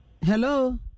Hello